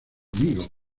amigo